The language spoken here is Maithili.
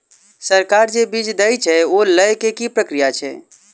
सरकार जे बीज देय छै ओ लय केँ की प्रक्रिया छै?